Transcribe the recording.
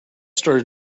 started